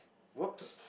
!oops!